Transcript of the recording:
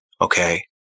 Okay